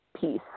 piece